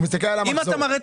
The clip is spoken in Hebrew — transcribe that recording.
הוא מסתכל על המחזור.